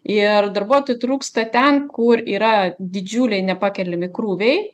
ir darbuotojų trūksta ten kur yra didžiuliai nepakeliami krūviai